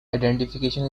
identification